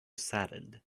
saddened